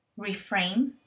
reframe